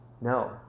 No